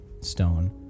stone